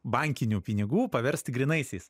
bankinių pinigų paversti grynaisiais